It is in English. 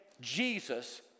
Jesus